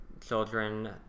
children